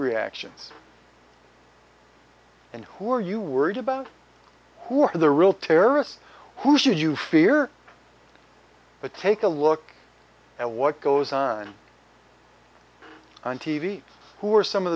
reactions and who are you worried about who are the real terrorists who should you fear but take a look at what goes on on t v who are some of